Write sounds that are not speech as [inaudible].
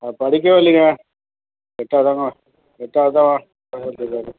அவரு படிக்கவே இல்லைங்க எட்டாவது தாங்க எட்டாவது தான் [unintelligible]